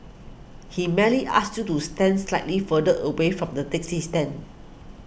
he merely asked you to stand slightly further away from the taxi stand